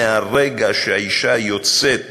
מהרגע שהאישה יוצאת